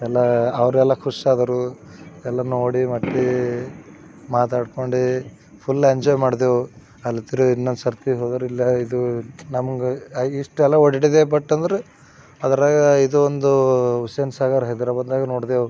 ಎಲ್ಲ ಅವರೆಲ್ಲ ಖುಷಿ ಆದರು ಎಲ್ಲ ನೋಡಿ ಮಟ್ಟಿ ಮಾತಾಡ್ಕೊಂಡು ಫುಲ್ ಎಂಜಾಯ್ ಮಾಡಿದೆವು ಇನ್ನೊಂದು ಸರತಿ ಹೋದ್ರೆ ಇಲ್ಲೇ ಇದು ನಮ್ಗೆ ಇಷ್ಟೆಲ್ಲ ಓಡಾಡಿದೆವು ಬಟ್ ಅಂದ್ರೆ ಅದ್ರಾಗ ಇದು ಒಂದು ಹುಸೇನ್ ಸಾಗರ್ ಹೈದ್ರಾಬಾದ್ನಾಗ ನೋಡಿದೆವು